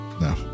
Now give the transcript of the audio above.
No